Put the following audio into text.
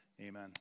Amen